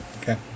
Okay